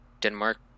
Denmark